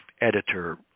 editor